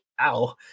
Ow